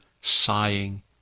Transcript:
sighing